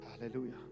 Hallelujah